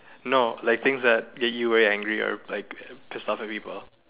no like things that get you very angry or like people